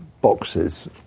boxes